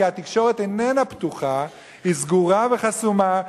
כי התקשורת איננה פתוחה, היא סגורה וחסומה.